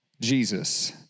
Jesus